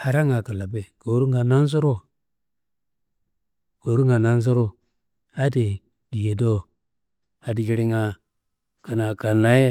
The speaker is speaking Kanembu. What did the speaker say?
Haranga klafe koruwunga nansuruwu, koruwunga nansuruwu adi diye do adi jilinga kanaa kannaye